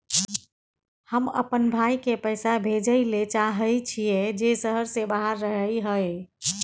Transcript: हम अपन भाई के पैसा भेजय ले चाहय छियै जे शहर से बाहर रहय हय